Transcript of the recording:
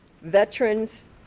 Veterans